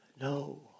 No